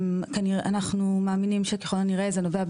אנחנו מאמינים שככול הנראה זה נובע,